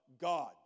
God